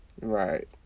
right